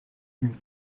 une